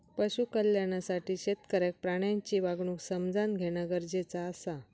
पशु कल्याणासाठी शेतकऱ्याक प्राण्यांची वागणूक समझान घेणा गरजेचा आसा